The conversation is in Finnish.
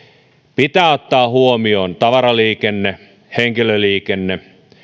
pitää ottaa huomioon tavaraliikenne henkilöliikenne